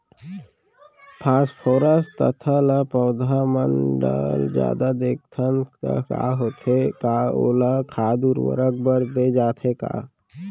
Phosphorus तथा ल पौधा मन ल जादा देथन त का होथे हे, का ओला खाद उर्वरक बर दे जाथे का?